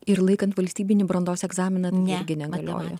ir laikant valstybinį brandos egzaminą netgi negalioja